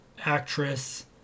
actress